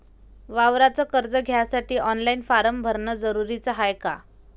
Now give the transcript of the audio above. वावराच कर्ज घ्यासाठी ऑनलाईन फारम भरन जरुरीच हाय का?